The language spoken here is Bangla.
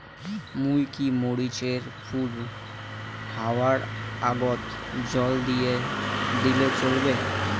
মুই কি মরিচ এর ফুল হাওয়ার আগত জল দিলে চলবে?